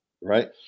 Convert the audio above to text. right